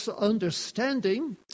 understanding